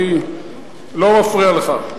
אני לא מפריע לך.